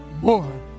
more